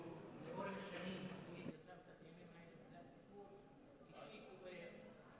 שהוא לאורך שנים בגלל סיפור אישי כואב,